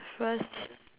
first